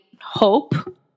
hope